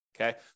Okay